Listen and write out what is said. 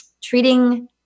treating